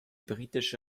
britische